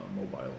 mobile